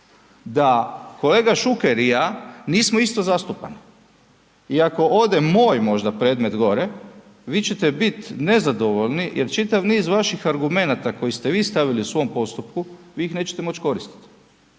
Da kolega Šuker i ja nismo isto zastupani, iako ode moj možda predmet gore vi ćete bit nezadovoljni jer čitav niz vaših argumenata koji ste vi stavili u svom postupku vi ih nećete moći koristiti,